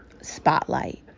spotlight